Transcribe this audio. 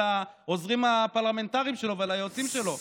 העוזרים הפרלמנטריים שלו ועל היועצים שלו,